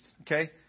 okay